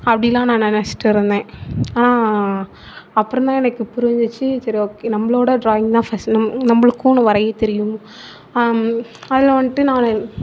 அப்படிலா நான் நினச்சிட்டு இருந்தேன் ஆனால் அப்புறந்தான் எனக்கு புரிஞ்சிச்சு சரி ஓகே நம்மளோட ட்ராயிங் தான் ஃபஸ்ட் நம்மளுக்கும் ஒன்று வரைய தெரியும் அதில் வந்துட்டு நான்